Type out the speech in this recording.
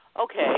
okay